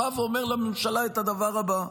היא באה ואומרת לממשלה את הדבר הבא: